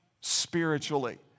spiritually